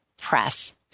Press